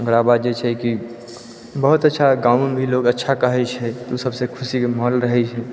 ओकरा बाद जे छै कि बहुत अच्छा गाँव मे भी लोग अच्छा कहै छै तऽ ओ सब से खुशी के माहौल रहै छै